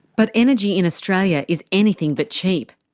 but energy in australia is anything but cheap.